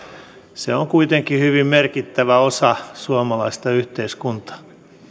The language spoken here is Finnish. se on kuitenkin hyvin merkittävä osa suomalaista yhteiskuntaa pyydän että